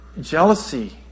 Jealousy